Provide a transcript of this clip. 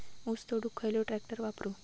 ऊस तोडुक खयलो ट्रॅक्टर वापरू?